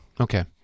Okay